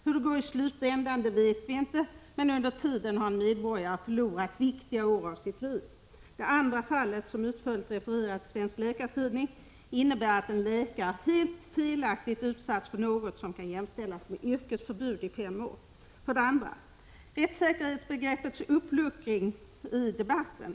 Hur det går i slutändan vet vi inte, men under tiden har en medborgare förlorat viktiga år av sitt liv. Det andra fallet, som utförligt refererats i Läkartidningen, innebär att en läkare helt felaktigt utsatts för något som kan jämställas med yrkesförbud i fem år. För det andra gäller det rättssäkerhetsbegreppets uppluckring i debatten.